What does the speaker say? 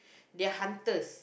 they're hunters